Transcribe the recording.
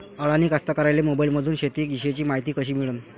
अडानी कास्तकाराइले मोबाईलमंदून शेती इषयीची मायती कशी मिळन?